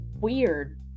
weird